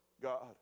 God